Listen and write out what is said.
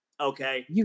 okay